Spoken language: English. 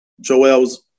Joel's